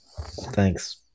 Thanks